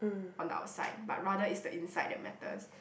on the outside but rather it's the inside that matters